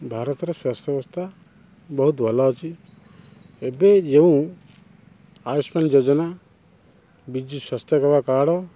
ଭାରତର ସ୍ୱାସ୍ଥ୍ୟ ଅବସ୍ଥା ବହୁତ ଭଲ ଅଛି ଏବେ ଯେଉଁ ଆୟୁଷମାନ ଯୋଜନା ବିଜୁ ସ୍ୱାସ୍ଥ୍ୟ ସେବା କାର୍ଡ଼୍